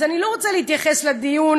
אז אני לא רוצה להתייחס לדיון,